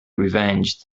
revenged